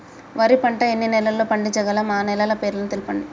వరి పంట ఎన్ని నెలల్లో పండించగలం ఆ నెలల పేర్లను తెలుపండి?